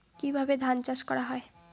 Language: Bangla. কিভাবে ধান চাষ করা হয়?